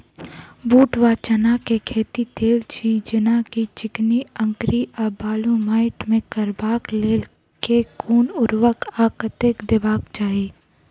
बूट वा चना केँ खेती, तेल छी जेना की चिकनी, अंकरी आ बालू माटि मे करबाक लेल केँ कुन उर्वरक आ कतेक देबाक चाहि?